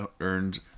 earned